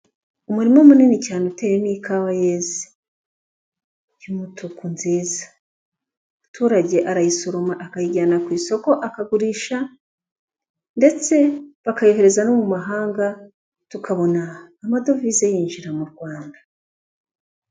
Umurima munini cyane uteyemo n'ikawa yeze y'umutuku nziza, umuturage arayisoroma akayijyana ku isoko akagurisha ndetse bakayohereza no mu mahanga tukabona amadovize yinjira mu Rwanda.